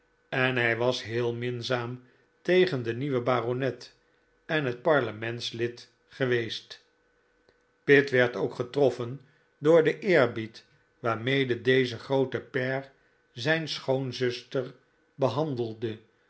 en hij was heel minzaam tegen den nieuwen baronet en het parlementslid geweest pitt werd ook getroffen door den eerbied waarmede deze groote pair zijn schoonzuster behandelde